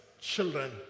children